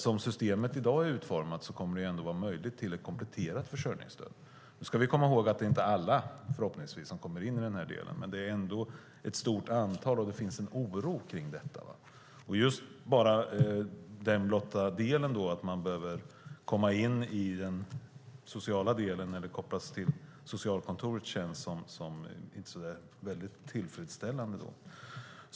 Som systemet i dag är utformat kommer det nämligen att finnas möjlighet till ett kompletterat försörjningsstöd. Nu ska vi komma ihåg att det förhoppningsvis inte är alla som kommer in i den här delen, men det är ändå ett stort antal. Det finns en oro kring detta. Just den blotta delen att man behöver kopplas till socialkontoret känns inte så väldigt tillfredsställande.